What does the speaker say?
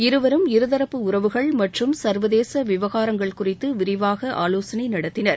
இருவரும் இருதரப்பு உறவுகள் மற்றும் சர்வதேச விவகாரங்கள் குறித்து விரிவாக ஆலோசனை நடத்தினர்